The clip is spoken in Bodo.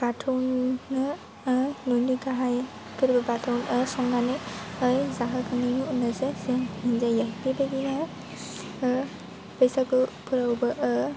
बाथौनो ओह न'नि गाहाइ बोराय बाथौनो संनानै यै जाहोखांनायनि उनावसो जों मोनजायो बे बायदिनो बैसागुफोरावबो